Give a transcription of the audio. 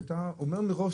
כשאתה אומר מראש